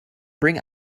bring